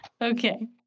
Okay